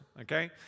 okay